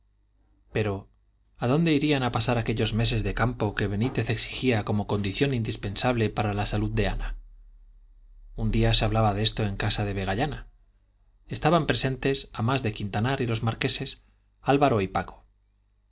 pero a dónde irían a pasar aquellos meses de campo que benítez exigía como condición indispensable para la salud de ana un día se hablaba de esto en casa de vegallana estaban presentes a más de quintanar y los marqueses álvaro y paco